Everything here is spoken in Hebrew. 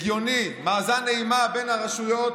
הגיוני, מאזן אימה בין הרשויות,